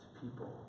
people